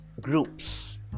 groups